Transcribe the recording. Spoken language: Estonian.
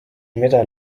medal